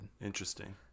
Interesting